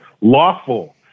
lawful